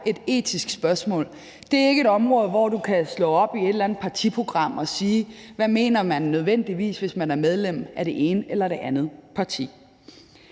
et etisk spørgsmål. Det er ikke et område, hvor du kan slå op i et eller andet partiprogram og sige, hvad man nødvendigvis mener, hvis man er medlem af det ene eller det andet parti.